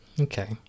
Okay